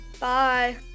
Bye